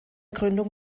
gründung